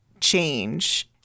change